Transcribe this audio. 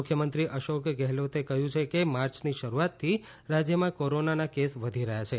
મુખ્યમંત્રી અશોક ગેફલોતે કહ્યું છે કે માર્ચની શરૂઆતથી રાજ્યમાં કોરોના કેસ વધી રહ્યા છે